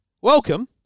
Welcome